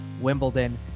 Wimbledon